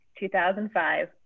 2005